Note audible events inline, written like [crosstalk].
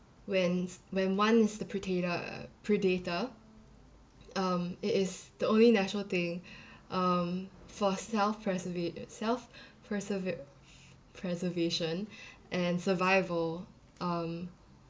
when s~ when one is the predator predator um it is the only natural thing [breath] um for self preserva~ uh self [breath] preserver~ preservation [breath] and survival um